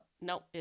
No